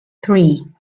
three